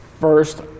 First